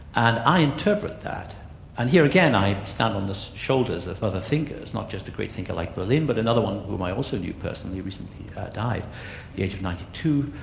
and i interpret that and here again i stand on the shoulders of other thinkers, not just a great thinker like berlin but another one whom i also knew personally recently died at the age of ninety two,